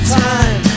time